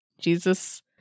Jesus